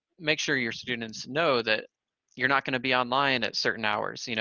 make sure your students know that you're not going to be online at certain hours, you know